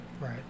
Right